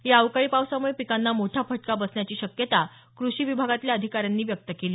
या अवकाळी पावसामुळे पिकांना मोठा फटका बसण्याची शक्यता कृषी विभागातल्या अधिकाऱ्यांनी व्यक्त केली